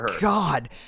God